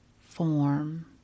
form